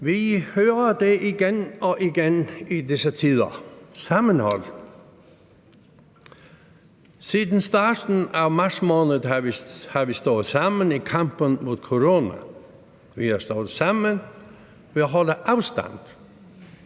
Vi hører det igen og igen i disse tider: Sammenhold. Siden starten af marts måned har vi stået sammen i kampen mod corona. Vi har stået sammen ved at holde afstand.